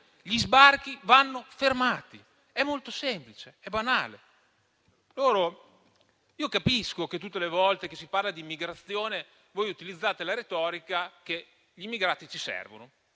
Gli sbarchi vanno fermati: è molto semplice, è banale. Capisco che, tutte le volte che si parla d'immigrazione, voi utilizzate la retorica che gli immigrati ci servono;